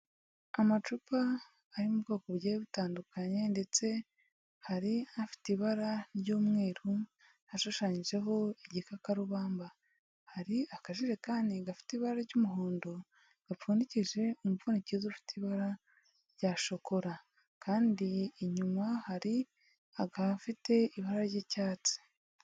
Amacupa ari mu bwoko bugiye butandukanye ndetse hari afite ibara ry'umweru ashushanyijeho igikakarubamba, hari akajerekani gafite ibara ry'umuhondo gapfundikije umupfunikiza ufite ibara rya shokora kandi inyuma hari agafite ibara ry'icyatsi.